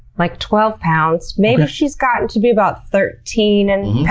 like, twelve pounds. maybe she's gotten to be about thirteen and